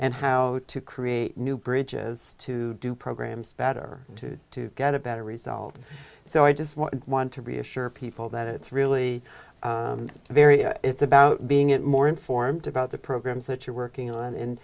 and how to create new bridges to do programs better to get a better result so i just wanted to reassure people that it's really very it's about being it more informed about the programs that you're working on and